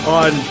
on